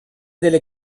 delle